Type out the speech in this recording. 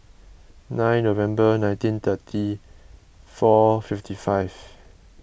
nine November nineteen thirty four fifty five